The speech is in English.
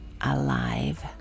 alive